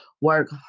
work